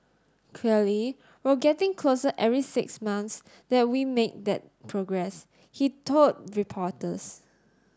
clearly we're getting closer every six months that we make that progress he told reporters